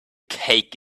cake